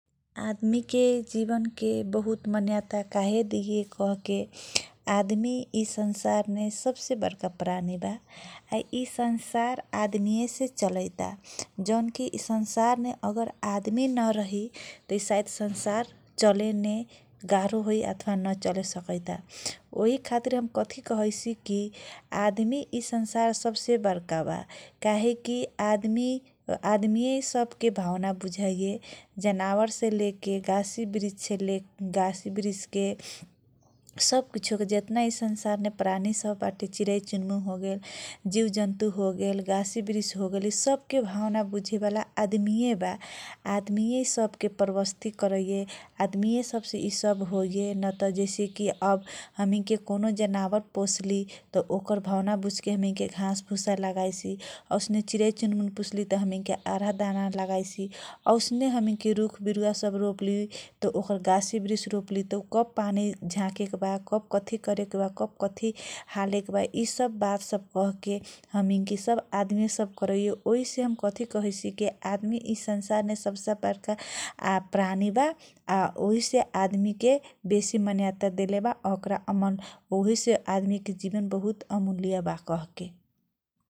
आदमीके जिवनके मान्यता काहे दिए कहके आदमी यि संसारमे सबसे बर्का प्राणी बा । ति संसार अआदमीए चलाइएतबा । जौन कि यि संसार अगर आदमी नरही तँ सायद यि संसार चलेने गारो होइ अथवा न सकइतबा । ओही खातीर हम कत्ती कहैसी कि आदमीभी यि संसारमे सबसे बर्मा बा । काहे कि आदमी आदमीए यि सबके भावना बुझैये । जनावरसे लेकर गासी, वृक्ष सब कुश के जेतनाही यी संसारमे प्राणी बा, चिरै चुनमुन होगेल, जिउ जन्तु होगेल, गासी वृक्ष होगेल सबके भावना बुझेवाला आदमीए बा । आदमी सबके परवस्ती करैये । आदमीए सबसे सब होइये । जैसे कि अब हमीनके कौनो जनावर पोछली, ओकर भावना बुझके घासभुसा लगाइसी । औसने चीरये चुनमुनके भावना बुझनो आहरधाना लगाइसी । औसने हमिनके रुख विरुवा सब रोपयीसी । ओकर गासी वृक्षमे कब पानी झाकेके बा यि सब भात्त कहेके हमीन सब आदमी सब करैये ओही हम कथी कहैसीकि आदमी ही यि संसारमे सबसे बर्का प्राणी बा ।